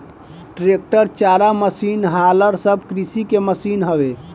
tractor, चारा machine, huller सब कृषि के मशीन हवे